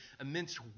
immense